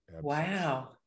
wow